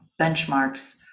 benchmarks